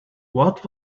what